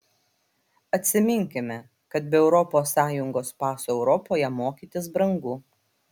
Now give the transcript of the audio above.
atsiminkime kad be europos sąjungos paso europoje mokytis brangu